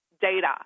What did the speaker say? data